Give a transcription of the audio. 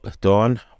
Dawn